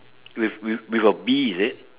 with with with a bee is it